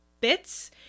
Bits